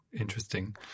interesting